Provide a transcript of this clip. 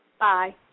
Bye